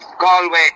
Galway